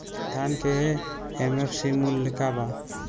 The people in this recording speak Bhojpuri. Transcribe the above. धान के एम.एफ.सी मूल्य का बा?